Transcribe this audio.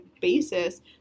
basis